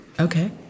okay